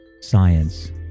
science